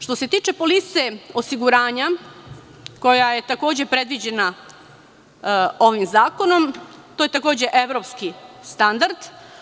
Što se tiče polise osiguranja, koja je takođe predviđena ovim zakonom, to je takođe evropski standard.